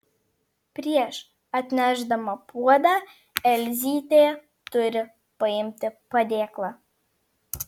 prieš atnešdama puodą elzytė turi paimti padėklą